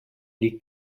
liegt